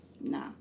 Nah